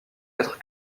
être